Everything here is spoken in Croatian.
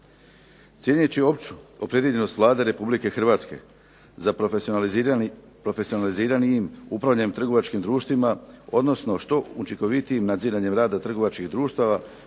Cijeneći opću opredijeljenost Vlade Republike Hrvatske za profesionaliziranijim upravljanjem trgovačkim društvima odnosno što učinkovitijim nadziranjem rada trgovačkih društava